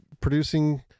producing